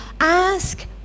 ask